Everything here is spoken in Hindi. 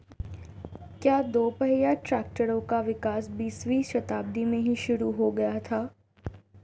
क्या दोपहिया ट्रैक्टरों का विकास बीसवीं शताब्दी में ही शुरु हो गया था?